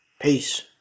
Peace